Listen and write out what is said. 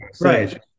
Right